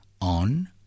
on